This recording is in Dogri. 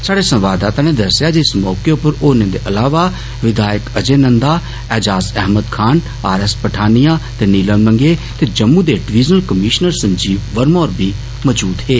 साहडे संवाददाता योगेश शर्मा नै दस्सेआ जे इस मौके उप्पर होरनें दे इलावा विघायक अजय नन्दा एजाज़ अहमद खान आर एस पठानिया ते नीलम लंगेह ते जम्मू दे डिविजनल कमीश्नर संजीव वर्मा होर बी मौजूद हे